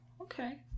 okay